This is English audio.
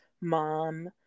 mom